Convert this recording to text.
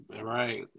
Right